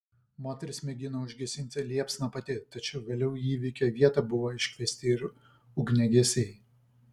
moteris mėgino užgesinti liepsną pati tačiau vėliau į įvykio vietą buvo iškviesti ir ugniagesiai